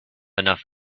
enough